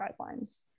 guidelines